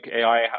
AI